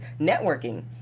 networking